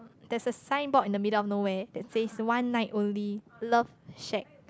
there's a signboard in the middle of nowhere that says one night only love shag